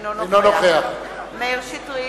אינו נוכח מאיר שטרית,